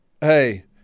hey